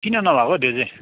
किन नभएको हौ त्यो चैँ